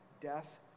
death